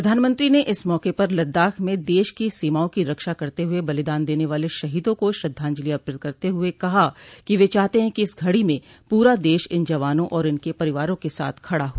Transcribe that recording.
प्रधानमंत्री ने इस मौके पर लद्दाख में देश की सीमाओं की रक्षा करते हुए बलिदान देने वाले शहीदों को श्रद्धांजलि अर्पित करते हुए कहा कि वे चाहते है कि इस घड़ी में पूरा देश इन जवानों और इनके परिवारों के साथ खड़ा हो